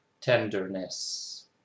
tenderness